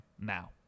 now